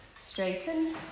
Straighten